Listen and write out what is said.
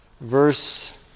verse